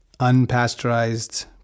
unpasteurized